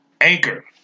Anchor